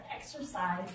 exercise